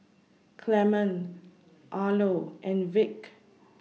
Clemon Arlo and Vic